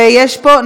זה ברור.